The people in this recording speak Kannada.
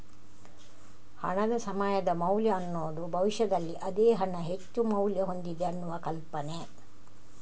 ಹಣದ ಸಮಯದ ಮೌಲ್ಯ ಅನ್ನುದು ಭವಿಷ್ಯದಲ್ಲಿ ಅದೇ ಹಣ ಹೆಚ್ಚು ಮೌಲ್ಯ ಹೊಂದಿದೆ ಅನ್ನುವ ಕಲ್ಪನೆ